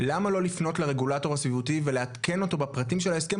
למה לא לפנות לרגולטור הסביבתי ולעדכן אותו בפרטים של ההסכם,